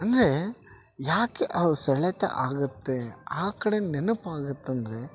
ಅಂದರೆ ಯಾಕೆ ಆ ಸೆಳೆತ ಆಗುತ್ತೆ ಆ ಕಡೆ ನೆನಪಾಗತ್ತಂದರೆ